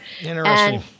Interesting